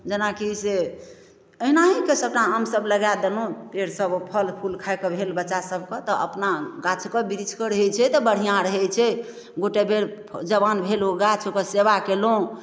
जेनाकि से अहिनाहीके सबटा आम सब लगा देलहुँ पेड़ सब फल फूल खाइके भेल बच्चा सबके तऽ अपना गाछके वृक्षके रहै छै तऽ बढ़िआँ रहै छै गोटेक बेर जबान भेल ओ गाछ ओकर सेवा कयलहुँ